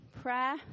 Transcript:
prayer